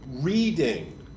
reading